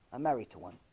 i'm married to one